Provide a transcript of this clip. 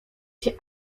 się